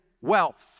wealth